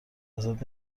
ازت